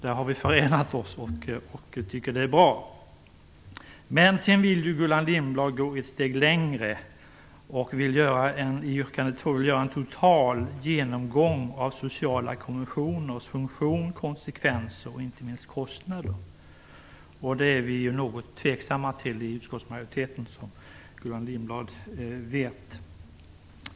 Där har vi förenat oss, och vi tycker att det är bra. Gullan Lindblad vill gå ett steg längre. Hon vill i yrkande 2 göra en total genomgång av sociala konventioners funktion, konsekvenser och inte minst kostnader. Det är utskottsmajoriteten något tveksam till, som Gullan Lindblad vet.